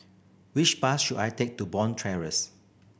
which bus should I take to Bond